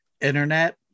internet